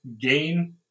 gain